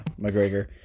McGregor